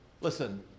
Listen